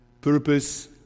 purpose